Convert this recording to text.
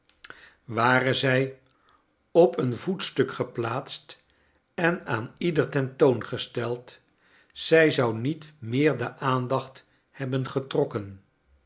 ware zij op een voetstuk geplaatst j en aan een ieder tentoongesteld zij zou niet meer de aandacht hebben get